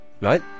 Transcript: Right